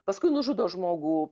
paskui nužudo žmogų